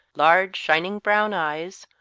large shining brown eyes,